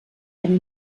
eine